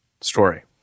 story